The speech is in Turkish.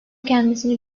kendisini